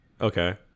Okay